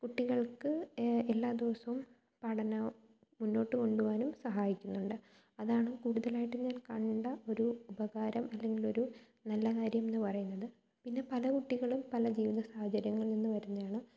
കുട്ടികൾക്ക് എല്ലാ ദിവസവും പഠനം മുന്നോട്ടു കൊണ്ടുപോവാനും സഹായിക്കുന്നുണ്ട് അതാണ് കൂടുതലായിട്ട് ഞാൻ കണ്ട ഒരു ഉപകാരം അല്ലെങ്കിലൊരു നല്ല കാര്യം എന്ന് പറയുന്നത് പിന്നെ പല കുട്ടികളും പല ജീവിത സാഹചര്യങ്ങളിൽ നിന്ന് വരുന്നതാണ്